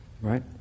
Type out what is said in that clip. Right